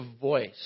voice